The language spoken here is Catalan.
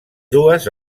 dues